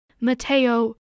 Mateo